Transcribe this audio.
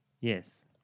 Yes